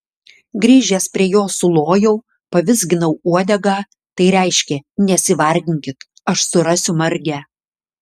grįžęs prie jo sulojau pavizginau uodegą tai reiškė nesivarginkit aš surasiu margę